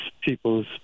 people's